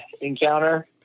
encounter